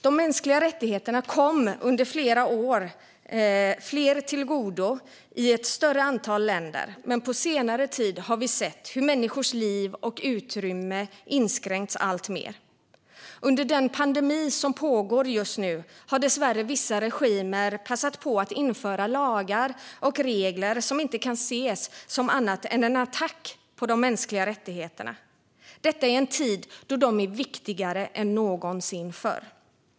De mänskliga rättigheterna kom under många år fler tillgodo i ett större antal länder, men på senare tid har vi sett hur människors liv och utrymme inskränkts alltmer. Under den pandemi som pågår just nu har dessvärre vissa regimer passat på att införa lagar och regler som inte kan ses som annat än en attack på de mänskliga rättigheterna. Detta sker i en tid då de är viktigare än någonsin förr.